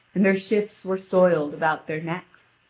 and their shifts were soiled about their necks.